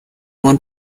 one